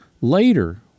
Later